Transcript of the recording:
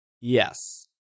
Yes